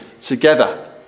together